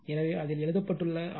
எனவேஅதில் எழுதப்பட்டுள்ள ஆர்